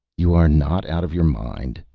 you are not out of your mind,